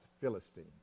philistine